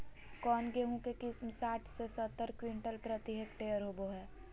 कौन गेंहू के किस्म साठ से सत्तर क्विंटल प्रति हेक्टेयर होबो हाय?